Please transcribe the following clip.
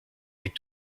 avec